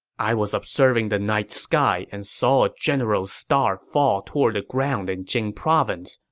i was observing the night sky and saw a general's star fall toward the ground in jing province,